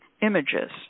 images